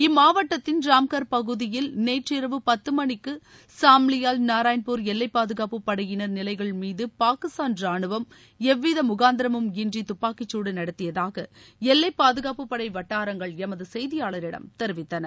இம்மாவட்டத்தின் ராம்கர் பகுதியில் நேற்று இரவு பத்து மணிக்கு சாம்லியால் நாராயண்பூர் எல்லைப்பாதுகாப்பு படையினர் நிலைகள் மீது பாகிஸ்தான் ரானுவம் எவ்வித முகாந்திரமும் இன்றி துப்பாக்கிச்சகுடு நடத்தியதாக எல்லைப் பாதுகாப்புப்படை வட்டாரங்கள் எமது செய்தியாளரிடம் தெரிவித்தனர்